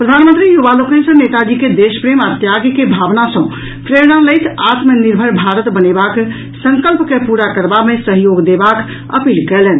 प्रधानमंत्री युवा लोकनि सँ नेताजी के देश प्रेम आ त्याग के भावना सँ प्रेरणा लैत आत्मनिर्भर भारत बनेबाक संकल्प के पूरा करबा मे सहयोग देबाक अपील कयलनि